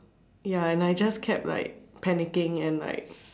ya and I just kept like panicking and like